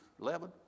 Eleven